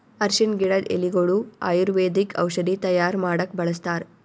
ಅರ್ಷಿಣ್ ಗಿಡದ್ ಎಲಿಗೊಳು ಆಯುರ್ವೇದಿಕ್ ಔಷಧಿ ತೈಯಾರ್ ಮಾಡಕ್ಕ್ ಬಳಸ್ತಾರ್